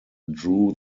drew